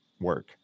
work